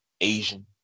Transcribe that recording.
Asian